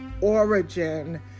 origin